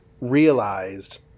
realized